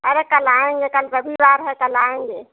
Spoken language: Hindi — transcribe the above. अरे कल आएंगे कल रविवार है कल आएंगे